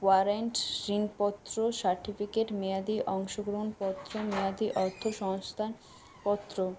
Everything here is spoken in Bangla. ওয়ারেন্ট ঋণ পত্র সার্টিফিকেট মেয়াদি অংশগ্রহণ পত্র মেয়াদি অর্থ সংস্থান পত্র